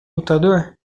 lutador